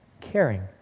caring